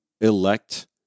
elect